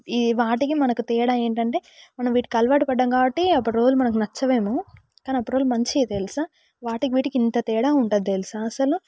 ఈ వాటికి మనకి తేడా ఏంటంటే మనం వీటికి అలవాటు పడ్డం కాబట్టి అప్పుడు రోజులు మనకు నచ్చవు ఏమో కానీ అప్పుడు రోజులు మంచివి తెలుసా వాటికి వీటికి ఎంత తేడా ఉంటుంది తెలుసా అసలు